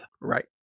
right